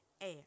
air